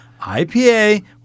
ipa